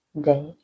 day